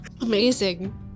amazing